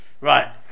Right